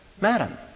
Madam